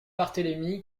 barthélémy